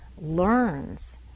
learns